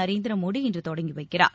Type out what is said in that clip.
நரேந்திர மோடி இன்று தொடங்கி வைக்கிறார்